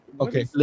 okay